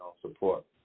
support